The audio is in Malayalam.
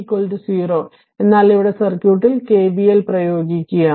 ഇപ്പോൾ ഇവിടെ സർക്യൂട്ടിൽ KVL പ്രയോഗിക്കുക